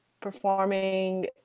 performing